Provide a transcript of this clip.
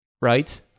right